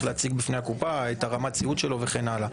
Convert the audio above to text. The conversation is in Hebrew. להציג בפני הקופה את רמת הסיעוד שלו וכן הלאה.